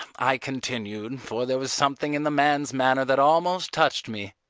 i continued, for there was something in the man's manner that almost touched me,